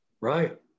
Right